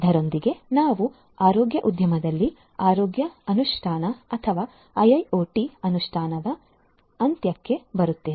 ಇದರೊಂದಿಗೆ ನಾವು ಆರೋಗ್ಯ ಉದ್ಯಮದಲ್ಲಿ ಆರೋಗ್ಯ ಅನುಷ್ಠಾನ ಅಥವಾ IIoT ಅನುಷ್ಠಾನದ ಅಂತ್ಯಕ್ಕೆ ಬರುತ್ತೇವೆ